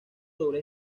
sobre